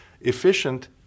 efficient